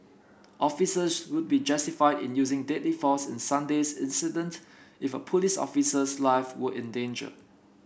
officers would be justified in using deadly force in Sunday's incident if a police officer's life were in danger